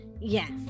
Yes